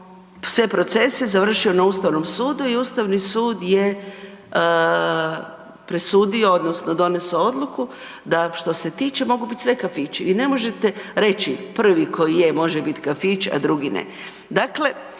sve procese, završio na Ustavnom sudu i Ustavni sud je presudio odnosno donesao odluku da što se tiče mogu biti sve kafići, vi ne možete reći prvi koji je može biti kafić, a drugi ne.